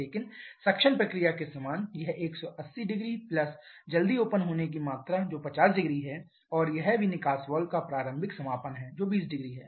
लेकिन सक्शन प्रक्रिया के समान यह 1800 प्लस जल्दी ओपन होने की मात्रा जो 500 है और यह भी निकास वाल्व का प्रारंभिक समापन है जो 200 है